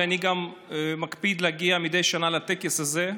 ואני גם מקפיד להגיע מדי שנה לטקס הזה.